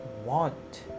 want